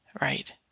right